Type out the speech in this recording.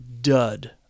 dud